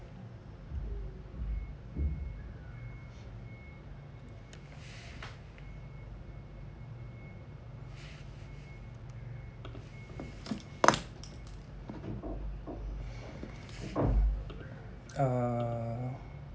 uh